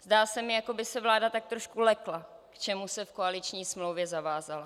Zdá se mi, jako by se vláda tak trošku lekla, k čemu se v koaliční smlouvě zavázala.